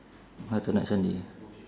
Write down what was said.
alternate sunday